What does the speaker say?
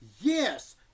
yes